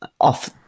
off